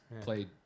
played